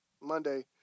Monday